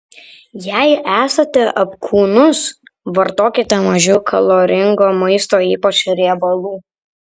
jei esate apkūnus vartokite mažiau kaloringo maisto ypač riebalų